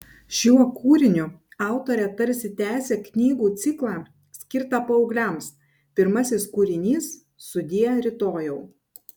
šiuo kūriniu autorė tarsi tęsia knygų ciklą skirtą paaugliams pirmasis kūrinys sudie rytojau